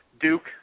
Duke